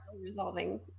resolving